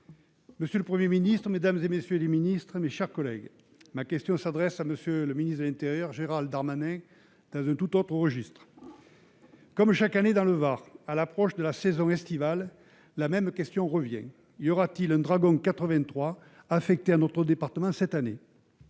monsieur le Premier ministre, mesdames, messieurs les ministres, mes chers collègues, ma question s'adresse à M. le ministre de l'intérieur, dans un tout autre registre. Comme chaque année dans le Var à l'approche de la saison estivale, la même question revient : y aura-t-il un Dragon 83 affecté à notre département cette année ?